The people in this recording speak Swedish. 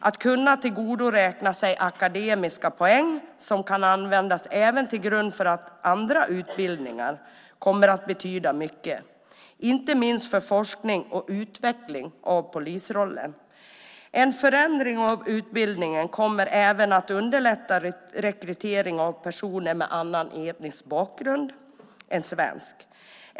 Att kunna tillgodoräkna sig akademiska poäng som även kan ligga till grund för andra utbildningar kommer att betyda mycket, inte minst för forskning och utveckling när det gäller polisrollen. En förändring av utbildningen kommer även att underlätta rekrytering av personer med annan etnisk bakgrund än svensk.